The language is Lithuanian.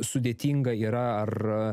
sudėtinga yra ar a